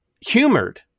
humored